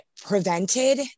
prevented